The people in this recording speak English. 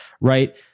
right